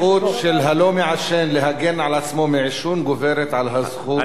הזכות של הלא-מעשן להגן על עצמו מעישון גוברת על הזכות של המעשן.